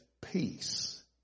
peace